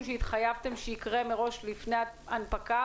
שהתחייבתם שיקרה מראש לפני ההנפקה,